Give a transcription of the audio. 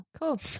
Cool